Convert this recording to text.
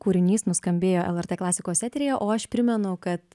kūrinys nuskambėjo lrt klasikos eteryje o aš primenu kad